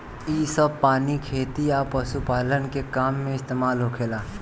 इ सभ पानी खेती आ पशुपालन के काम में इस्तमाल होखेला